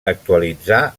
actualitzar